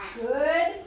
Good